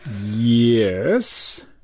Yes